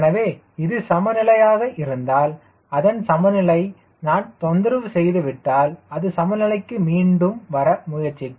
எனவே இது சமநிலையாக இருந்தால் அதன் சமநிலையைப் நான் தொந்தரவு செய்து விட்டால் அது சமநிலைக்கு மீண்டும் வர முயற்சிக்கும்